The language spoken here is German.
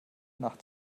nacht